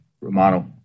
romano